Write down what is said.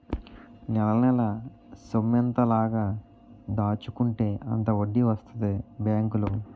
నెలనెలా సొమ్మెంత లాగ దాచుకుంటే అంత వడ్డీ వస్తదే బేంకులో